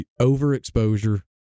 overexposure